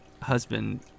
husband